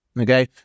Okay